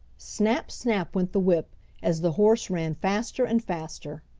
snap! snap! went the whip as the horse ran faster and faster.